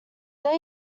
there